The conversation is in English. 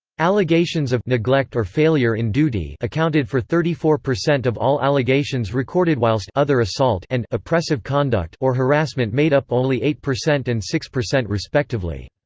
allegations of neglect or failure in duty accounted for thirty four percent of all allegations recorded whilst other assault and oppressive conduct or harassment made up only eight percent and six percent respectively.